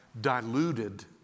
diluted